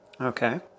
Okay